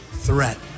threat